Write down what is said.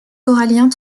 coralliens